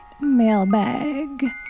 mailbag